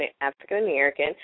African-American